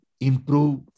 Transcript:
improve